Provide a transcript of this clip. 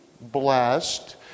blessed